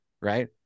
right